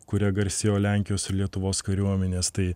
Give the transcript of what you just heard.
kuria garsėjo lenkijos ir lietuvos kariuomenės tai